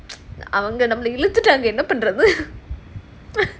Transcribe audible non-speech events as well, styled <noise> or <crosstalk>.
<noise> அவங்க நம்மள இழுத்துட்டாங்க என்ன பண்றது:avanga nammala iluthutanganaa enna pandrathu <laughs>